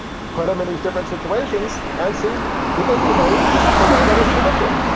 put them in these different situations, and see if they behave the way that was predicted.